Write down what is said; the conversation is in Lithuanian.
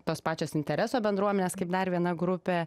tos pačios intereso bendruomenės kaip dar viena grupė